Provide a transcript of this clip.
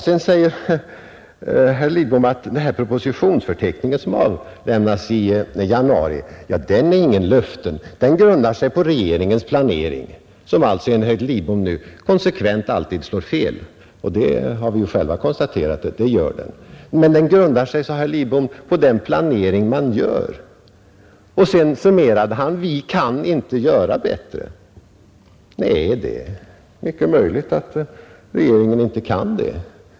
Sedan säger herr Lidbom att den propositionsförteckning som avlämnas i januari inte innebär några löften; den grundar sig på regeringens planering, som alltså enligt herr Lidbom konsekvent slår fel. Det har vi själva konstaterat att den gör! Men propositionsförteckningen grundar sig, sade herr Lidbom, på den planering man gör. Sedan summerade han: Vi kan inte göra bättre. Nej, det är mycket möjligt att regeringen inte kan det!